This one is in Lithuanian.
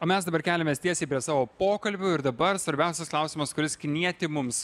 o mes dabar keliamės tiesiai prie savo pokalbių ir dabar svarbiausias klausimas kuris knieti mums